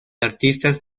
artistas